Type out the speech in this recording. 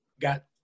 got